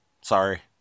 Sorry